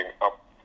up